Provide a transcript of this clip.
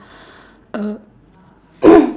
uh